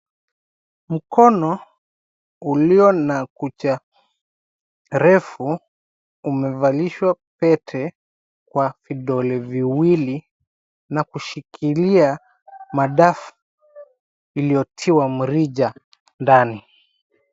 Mkono ulio na kucha refu umevalishwa pete kwa vidole viwili na kushikilia madafu iliyotiwa mrija ndani.